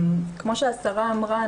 כמו שהשרה אמרה,